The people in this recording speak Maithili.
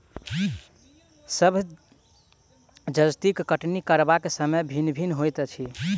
सभ जजतिक कटनी करबाक समय भिन्न भिन्न होइत अछि